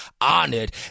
honored